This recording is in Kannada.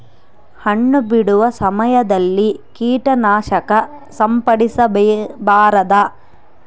ಹಣ್ಣು ಬಿಡುವ ಸಮಯದಲ್ಲಿ ಕೇಟನಾಶಕ ಸಿಂಪಡಿಸಬಾರದೆ?